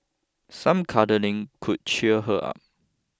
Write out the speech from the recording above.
some cuddling could cheer her up